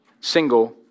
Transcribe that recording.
Single